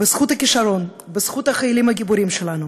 בזכות הכישרון, בזכות החיילים הגיבורים שלנו,